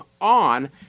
on